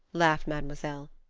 laughed mademoiselle.